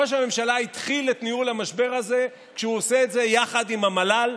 ראש הממשלה התחיל את ניהול המשבר הזה כשהוא עושה את זה יחד עם המל"ל,